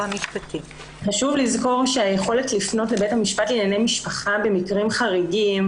חשוב לזכור שהיכולת לפנות לבית המשפט לענייני משפחה במקרים חריגים,